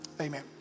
Amen